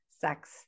sex